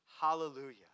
Hallelujah